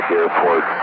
Airport